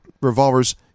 revolvers